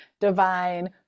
divine